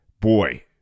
boy